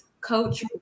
Coach